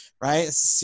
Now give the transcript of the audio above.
right